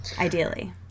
ideally